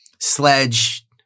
sledge